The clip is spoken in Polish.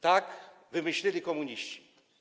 Tak wymyślili komuniści.